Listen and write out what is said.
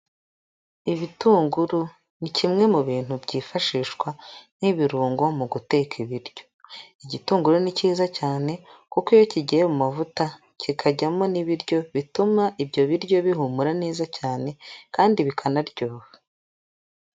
Ibitunguru ni kimwe mu bintu byifashishwa nk'ibirungo mu guteka ibiryo, igitunguru ni cyiza cyane kuko iyo kigiye mu mavuta kikajyamo n'ibiryo bituma ibyo biryo bihumura neza cyane kandi bikanaryoha.